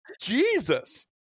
Jesus